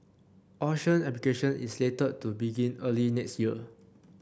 auction application is slated to begin early next year